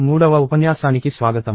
మూడవ ఉపన్యాసానికి స్వాగతం